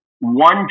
One